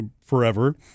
forever